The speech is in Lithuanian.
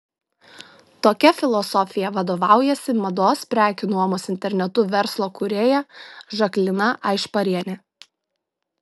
tokia filosofija vadovaujasi mados prekių nuomos internetu verslo kūrėja žaklina aišparienė